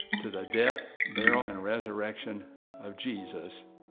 to the death, burial and resurrection of jesus.